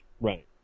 Right